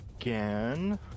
again